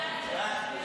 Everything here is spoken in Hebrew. ההצעה להעביר את